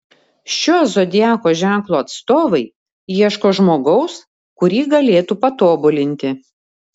šio zodiako ženklo atstovai ieško žmogaus kurį galėtų patobulinti